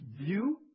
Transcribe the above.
view